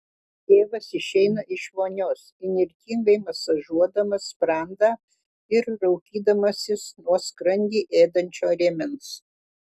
tėvas išeina iš vonios įnirtingai masažuodamas sprandą ir raukydamasis nuo skrandį ėdančio rėmens